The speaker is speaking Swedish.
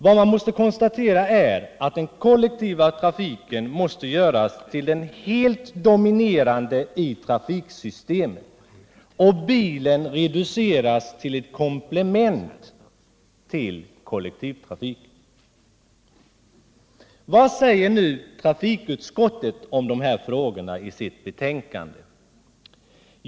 Vad man måste konstatera är att den kollektiva trafiken måste göras till den helt dominerande i trafiksystemet och bilen reduceras till ett komplement till kollektivtrafiken. Vad säger nu trafikutskottet om de här frågorna i sitt betänkande?